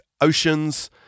oceans